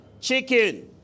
Chicken